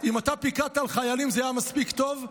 אם אתה פיקדת על חיילים, זה היה מספיק טוב,